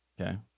Okay